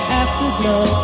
afterglow